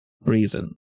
reason